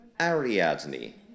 Ariadne